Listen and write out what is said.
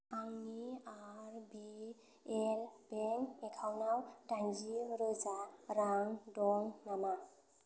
आंनि R B L bank एकाउन्टाव दाइनजि रोजा रां दं नामा